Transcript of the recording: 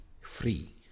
free